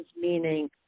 meaning